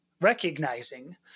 recognizing